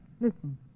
Listen